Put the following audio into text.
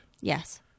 Yes